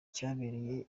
cyabereye